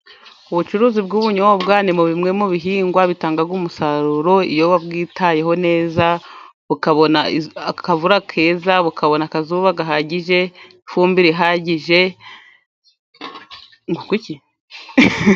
Ubucuruzi bw'ubunyobwari ni mu bimwe mu bihingwa bitanga umusaruro, iyo wa bwitayeho neza ukabona akavura keza bukabona akazuba gahagije ifumbire ihagije.